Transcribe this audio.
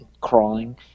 crawling